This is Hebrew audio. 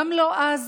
גם לא אז,